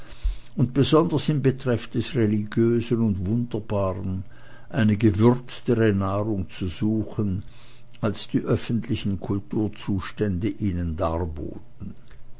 und besonders in betreff des religiösen und wunderbaren eine gewürztere nahrung zu suchen als die öffentlichen kulturzustände ihnen darboten